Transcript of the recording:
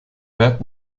werk